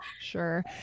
Sure